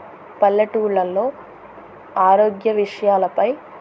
పల్లెటూర్లలో ఆరోగ్య విషయాలపై